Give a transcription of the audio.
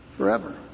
forever